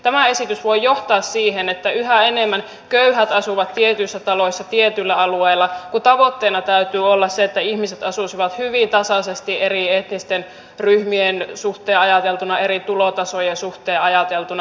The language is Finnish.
tämä esitys voi johtaa siihen että yhä enemmän köyhät asuvat tietyissä taloissa tietyillä alueilla kun tavoitteena täytyy olla se että ihmiset asuisivat hyvin tasaisesti eri etnisten ryhmien suhteen ajateltuna eri tulotasojen suhteen ajateltuna